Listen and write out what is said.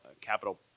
capital